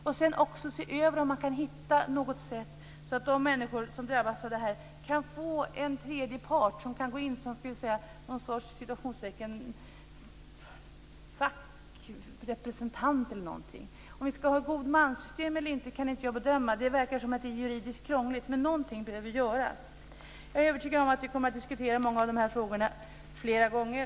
Man måste också se över om man kan hitta något sätt att få en tredje part att gå in som någon sorts fackrepresentant för de människor som drabbas av detta. Om vi ska ha godmanssystem eller inte kan jag inte bedöma - det verkar som om det är juridiskt krångligt - men någonting behöver göras. Jag är övertygad om att vi kommer att diskutera många av dessa frågor flera gånger.